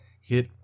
hit